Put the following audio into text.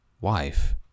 wife